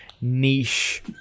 niche